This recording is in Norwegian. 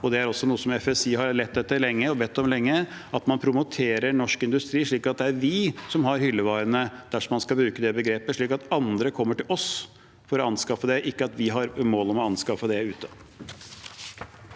forening, har lett etter og bedt om lenge – at man promoterer norsk industri, slik at det er vi som har hyllevarene, dersom man skal bruke det begrepet, slik at andre kommer til oss for å anskaffe det, ikke at vi har et mål om å anskaffe det ute.